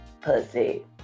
Pussy